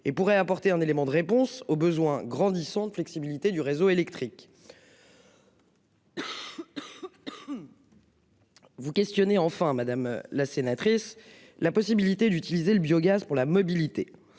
et pourraient apporter un élément de réponse aux besoins grandissants de flexibilité du réseau électrique. Vous questionnez enfin à madame la sénatrice, la possibilité d'utiliser le biogaz pour la mobilité.